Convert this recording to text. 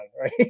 right